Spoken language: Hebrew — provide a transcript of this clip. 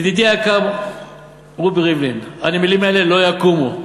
ידידי היקר רובי ריבלין, הנמלים האלה לא יקומו.